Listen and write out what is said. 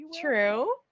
True